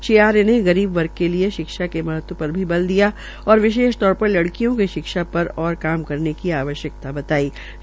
श्री आर्य ने गरीब वर्ग के लिये शिक्षा के महत्व पर बल दिया और विशेष तौर पर लड़कियों की शिक्षा पर ओर काम करने की आवश्यक्ता है